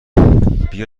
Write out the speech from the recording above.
بیا